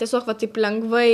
tiesiog va taip lengvai